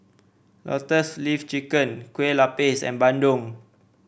Lotus Leaf Chicken Kue Lupis and bandung